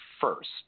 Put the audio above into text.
first